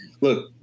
look